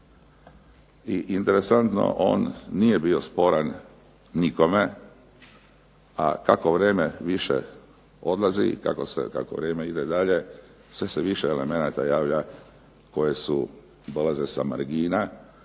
I interesantno on nije bio sporan nikome, a kako vrijeme više odlazi i kako vrijeme ide dalje, sve se više elemenata javlja koje dolaze sa margina,